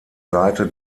seite